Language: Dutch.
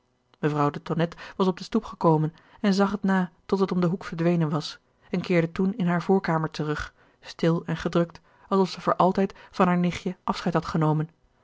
mevrouw de tonnette was op de stoep gekomen en zag het na tot het om den hoek verdwenen was en keerde toen in haar voorkamer terug stil en gedrukt alsof zij voor altijd van haar nichtje afscheid had genomen